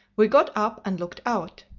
we got up and looked out.